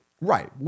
Right